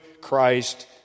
Christ